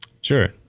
Sure